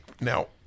now